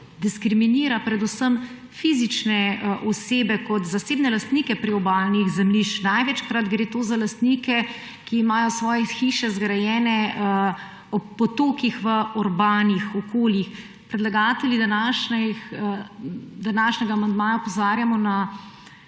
diskriminira predvsem fizične osebe kot zasebne lastnike priobalnih zemljišč; največkrat gre to za lastnike, ki imajo svoje hiše zgrajene ob potokih v urbanih okoljih. Predlagatelji današnjega amandmaja opozarjamo na